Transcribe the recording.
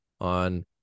on